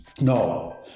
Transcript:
No